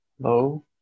Hello